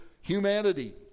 humanity